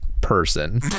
person